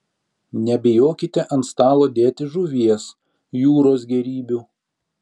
nebijokite ant stalo dėti žuvies jūros gėrybių